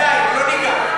לא ניגע,